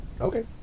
Okay